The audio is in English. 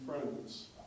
friends